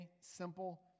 simple